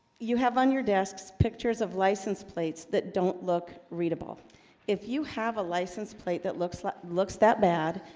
you have on your desks pictures of license plates that don't look readable if you have a license plate that looks that like looks that bad,